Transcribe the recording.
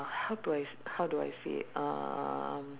how do I s~ how do I say uh